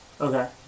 Okay